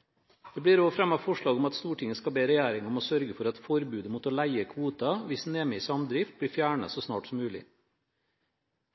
avstandsbegrensninger blir fjernet. Det blir også fremmet forslag om at Stortinget skal be regjeringen om å sørge for at forbudet mot å leie kvoter hvis man er med i samdrift, blir fjernet så snart som mulig.